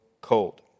cold